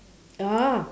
oh